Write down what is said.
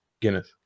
Guinness